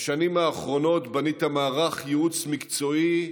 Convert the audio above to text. בשנים האחרונות בנית מערך ייעוץ מקצועי,